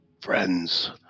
friends